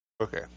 okay